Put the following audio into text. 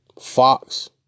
Fox